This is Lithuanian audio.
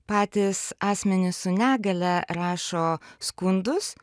patys asmenys su negalia rašo skundus